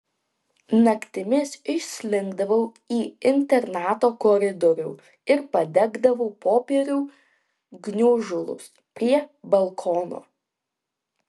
naktimis išslinkdavau į internato koridorių ir padegdavau popierių gniužulus prie balkono